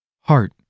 Heart